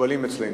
שמקובלים אצלנו.